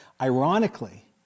Ironically